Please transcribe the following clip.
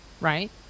right